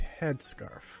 headscarf